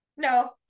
No